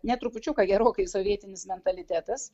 ne trupučiuką gerokai sovietinis mentalitetas